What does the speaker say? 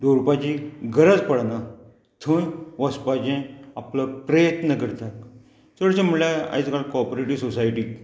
दवरपाची गरज पडना थंय वसपाचें आपलो प्रयत्न करता चडशें म्हणल्यार आयज काल कॉपरेटीव सोसायटीक